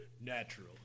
Natural